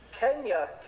Kenya